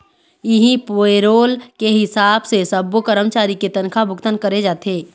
इहीं पेरोल के हिसाब से सब्बो करमचारी के तनखा भुगतान करे जाथे